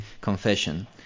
Confession